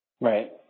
Right